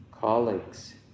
colleagues